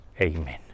Amen